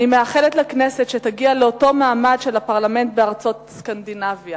אני מאחלת לכנסת שתגיע לאותו מעמד של הפרלמנט בארצות סקנדינביה